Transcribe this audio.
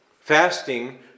Fasting